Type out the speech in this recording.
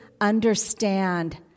understand